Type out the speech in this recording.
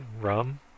Rum